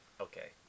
Okay